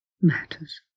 matters